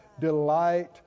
delight